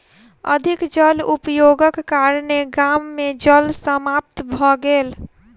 अधिक जल उपयोगक कारणेँ गाम मे जल समाप्त भ गेल